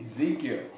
Ezekiel